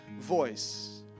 voice